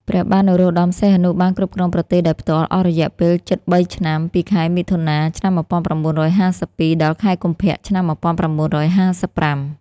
ព្រះបាទនរោត្តម សីហនុបានគ្រប់គ្រងប្រទេសដោយផ្ទាល់អស់រយៈពេលជិតបីឆ្នាំ ពីខែមិថុនា ឆ្នាំ១៩៥២ ដល់ខែកុម្ភៈ ឆ្នាំ១៩៥៥។